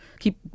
keep